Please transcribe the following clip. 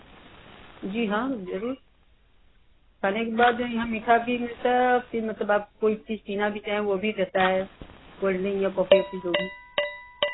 जी हाँ ज़रूर खाने के बाद यहाँ मीठा भी मिलता है कि मतलब आप कोई चीज़ पीना भी है वह भी रहता है कोल्ड ड्रिंक या कॉपी ऑपी जो भी